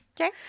Okay